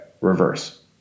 reverse